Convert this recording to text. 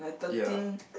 ya